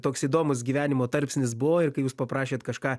toks įdomus gyvenimo tarpsnis buvo ir kai jūs paprašėt kažką